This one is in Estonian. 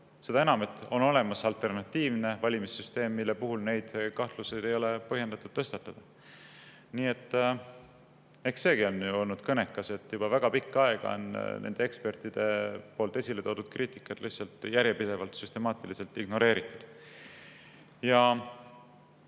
Seda enam, et on olemas alternatiivne valimissüsteem, mille puhul neid kahtlusi ei ole põhjendatult tõstatatud. Eks seegi on olnud kõnekas, et juba väga pikka aega on ekspertide kriitikat lihtsalt järjepidevalt süstemaatiliselt ignoreeritud.